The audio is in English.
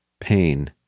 pain